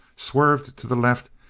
swerved to the left,